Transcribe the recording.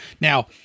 Now